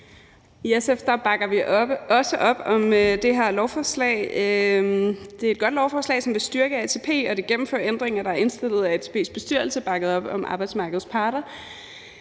I SF bakker vi også op om det her lovforslag. Det er et godt lovforslag, som vil styrke ATP, og det gennemfører ændringer, der er indstillet af ATP's bestyrelse bakket op af arbejdsmarkedets parter.